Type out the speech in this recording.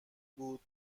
بود